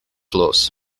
los